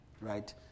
Right